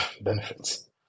benefits